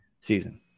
season